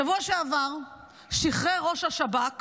בשבוע שעבר שחרר ראש השב"כ